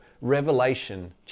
Revelation